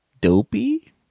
dopey